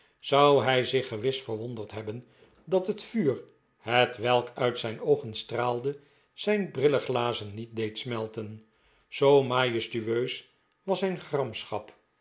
zou hij zich gewis verwonderd hebben dat het vuur hetwelk uit zijn oogen straalde zijn brilleglazen niet deed smelten zoo majestueus was zijn